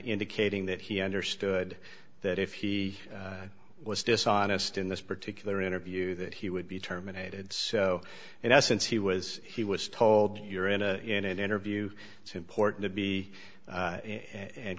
indicating that he understood that if he was dishonest in this particular interview that he would be terminated so in essence he was he was told you're in a in an interview it's important to be